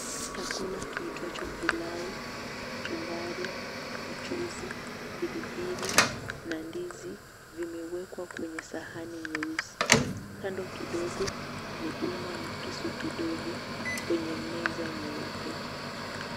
Chakula kiitwacho pilau, kachumbari, mchuzi, pilipili na ndizi vimewekwa kwenye sahani nyeusi. Kando kidogo ni umma na kisu kidogo kwenye meza nyeupe.